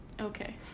Okay